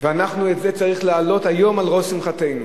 את זה צריך להעלות היום על ראש שמחתנו.